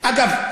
אגב,